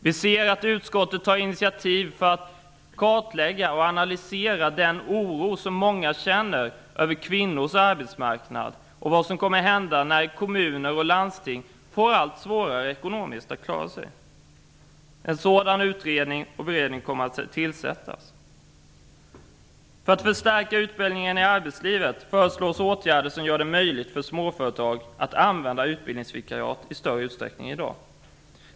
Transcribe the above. Vi ser att utskottet tar initiativ för att kartlägga och analysera den oro som många känner över kvinnors arbetsmarknad och vad som kommer att hända när kommuner och landsting får det allt svårare att klara sig ekonomiskt. En utredning om detta kommer att tillsättas. För att förstärka utbildningen i arbetslivet föreslås åtgärder som gör det möjligt för småföretag att använda utbildningsvikariat i större utsträckning än i dag.